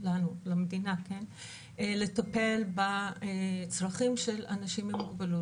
למדינה לטפל בצרכים של אנשים עם מוגבלות.